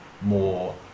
more